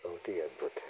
बहुत ही अद्भुत है